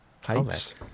Heights